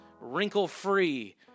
wrinkle-free